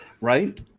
right